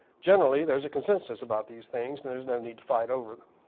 generally there's a consensus about these things and there's no need to fight over them.